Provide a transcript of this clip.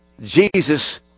Jesus